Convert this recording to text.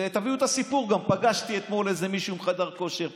ותביאו גם את הסיפור: פגשתי אתמול מישהו עם חדר כושר,